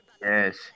Yes